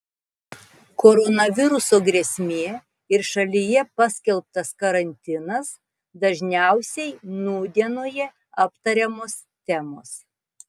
koronaviruso grėsmė ir šalyje paskelbtas karantinas dažniausiai nūdienoje aptariamos temos